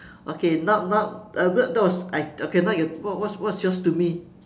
okay now now uh what that was I okay now you what what what's yours to me